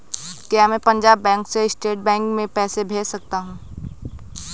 क्या मैं पंजाब बैंक से स्टेट बैंक में पैसे भेज सकता हूँ?